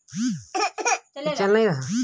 मूंगा चमेली का फूल छोटा और उजला रंग का होता है